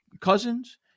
Cousins